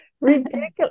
ridiculous